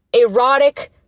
erotic